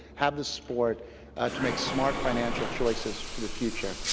have the sport to make smart financial choices for the future,